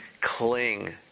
cling